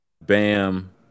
Bam